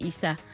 Isa